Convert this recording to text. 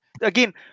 again